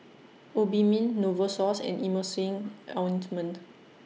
Obimin Novosource and Emulsying Ointment